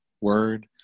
word